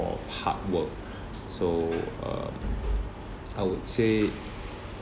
more of hard work so uh I would say